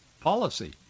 policy